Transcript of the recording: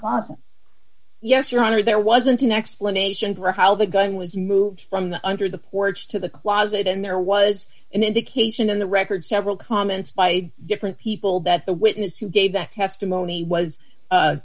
closet yes your honor there wasn't an explanation for how the gun was moved from under the porch to the closet and there was an indication in the record several comments by different people that the witness who gave that testimony was